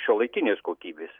šiuolaikinės kokybės